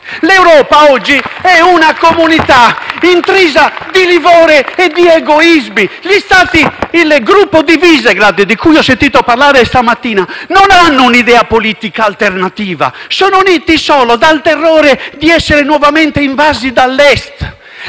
L'Europa oggi è una comunità intrisa di livore e di egoismi. Gli Stati del gruppo di Visegrád, di cui ho sentito parlare stamattina, non hanno un'idea politica alternativa, sono uniti solo dal terrore di essere nuovamente invasi dall'est